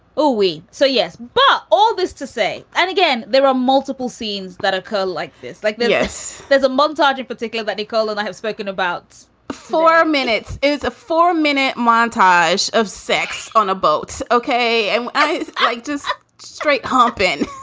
oh, wait. so, yes, but all this to say and again, there are multiple scenes that occur like this, like this. there's a montage in particular that nicole and i have spoken about. four minutes is a four minute montage of sex on a boat. ok. and it's just straight hopping